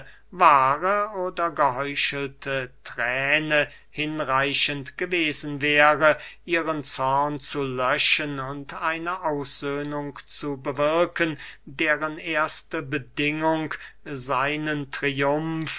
wahre oder geheuchelte thräne hinreichend gewesen wäre ihren zorn zu löschen und eine aussöhnung zu bewirken deren erste bedingung seinen triumf